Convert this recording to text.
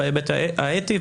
בהיבט האתי,